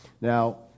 Now